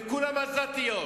וכולן עזתיות,